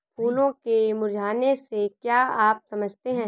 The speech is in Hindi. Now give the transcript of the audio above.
फूलों के मुरझाने से क्या आप समझते हैं?